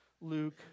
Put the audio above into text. Luke